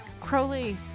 Crowley